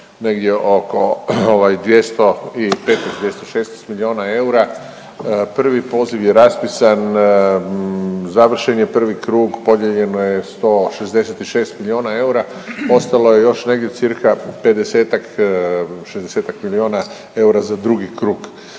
negdje oko ovaj 215-216 milijuna eura. Prvi poziv je raspisan, završen je prvi krug, podijeljeno je 166 milijuna eura, ostalo je još negdje cca. 50-tak, 60-tak milijuna eura za drugi krug.